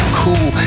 cool